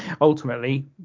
ultimately